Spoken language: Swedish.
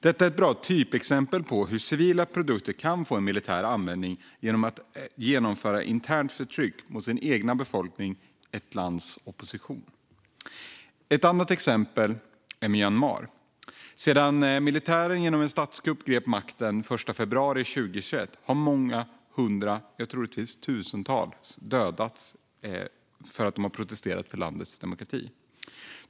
Detta är ett bra typexempel på hur civila produkter kan få ett militärt användningsområde och användas till internt förtyck mot den egna befolkningen och landets opposition. Ett annat exempel är Myanmar. Sedan militären genom en statskupp grep makten den 1 februari 2021 har många hundra - troligtvis tusentals - dödats för att de har protesterat för landets demokrati.